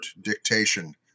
dictation